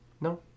No